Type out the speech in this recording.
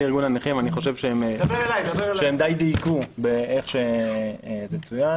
ארגון הנכים אני חושב שהם די דייקו באיך שזה צוין